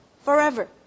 Forever